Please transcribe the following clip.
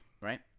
right